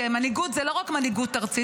כי מנהיגות זה לא רק מנהיגות ארצית,